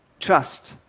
trust.